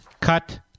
Cut